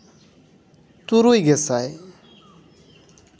ᱛᱩᱨᱩᱭ ᱜᱮ ᱥᱟᱭ